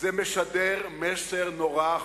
זה משדר מסר נורא החוצה,